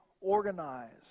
organized